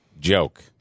joke